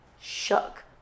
shook